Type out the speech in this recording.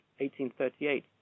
1838